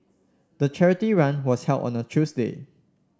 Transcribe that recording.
the charity run was held on a Tuesday